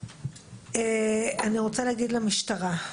אני רוצה להגיד למשטרה,